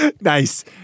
Nice